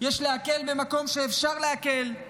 יש להקל במקום שאפשר להקל,